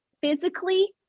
physically